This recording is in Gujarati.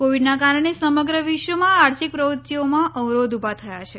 કોવીડના કારણે સમગ્ર વિશ્વમાં આર્થિક પ્રવૃત્તિઓમાં અવરોધ ઉભા થયા છે